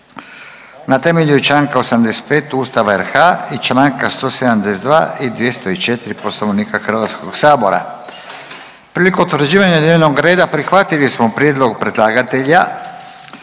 na temelju čl. 85. Ustava RH i čl. 172. i 204. Poslovnika HS-a. Prilikom utvrđivanja dnevnog reda prihvatili smo prijedlog predlagatelja